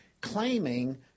claiming